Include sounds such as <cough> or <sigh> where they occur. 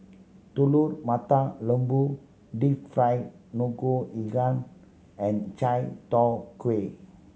Telur Mata Lembu deep fried ngoh <unintelligible> and chai tow kway